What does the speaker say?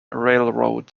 railroad